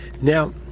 Now